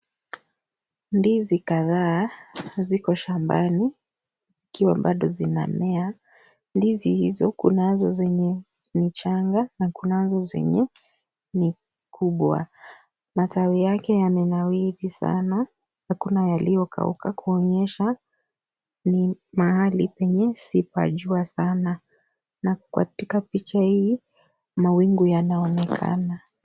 Ndizi kadhaa ziko shambani zikiwa bado zinamea. Ndizi hizo kunazo zenye ni changa na kunazo zenye ni kubwa. Matawi yake yamenawiri sana, hakuna yaliyokauka kuonyesha ni mahali penye si pa jua sana na katika picha hii, mawingu yanaonekana.